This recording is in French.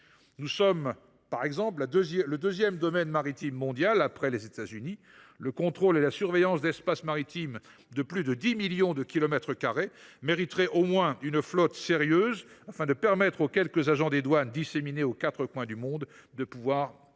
Nous sommes, par exemple, le deuxième domaine maritime mondial après les États Unis. Le contrôle et la surveillance d’espaces maritimes de plus de 10 millions de kilomètres carrés mériteraient au moins une flotte sérieuse, afin de permettre aux quelques agents des douanes disséminés aux quatre coins du monde d’assumer réellement